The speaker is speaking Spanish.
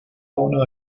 uno